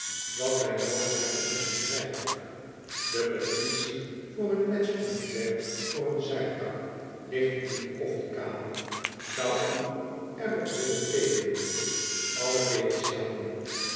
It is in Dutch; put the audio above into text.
wat wij noodig hebben is een zijtak de petitie voor een wetsontwerp voor een zijtak ligt in de koffiekamer zou u er op willen teekenen alle beetjes helpen